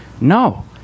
no